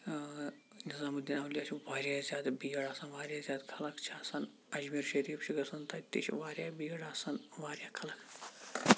نِظامُدیٖن اولِیا چھِ واریاہ زیادٕ بِیٖڈ آسان واریاہ زیادٕ خَلَق چھِ آسان اَجمیٖر شریٖف چھِ گَژھان تَتہِ تہِ چھِ واریاہ بِیٖڈ آسان واریاہ خَلَق